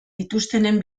dituztenen